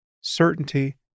Certainty